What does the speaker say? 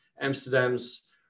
Amsterdam's